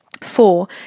four